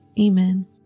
Amen